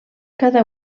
cada